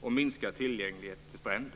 och minskad tillgänglighet till stränder.